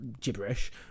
gibberish